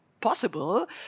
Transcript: possible